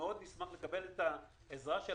נשמח לקבל את העזרה של